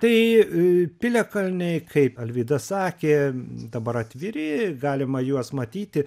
tai i piliakalniai kaip alvyda sakė dabar atviri galima juos matyti